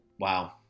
Wow